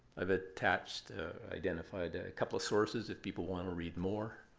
i've attached identified a couple of sources if people want to read more.